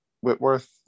Whitworth